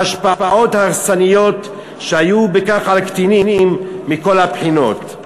ההשפעות ההרסניות שהיו בכך על קטינים מכל הבחינות.